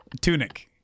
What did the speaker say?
Tunic